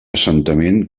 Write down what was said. assentament